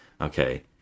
Okay